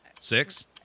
Six